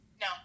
No